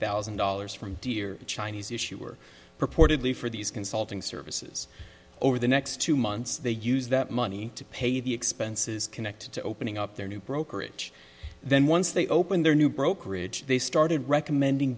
thousand dollars from dear chinese issuer purportedly for these consulting services over the next two months they use that money to pay the expenses connected to opening up their new brokerage then once they opened their new brokerage they started recommending